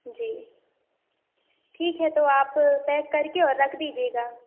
जी ठीक है तो आप पैक करके और रख दीजिएगा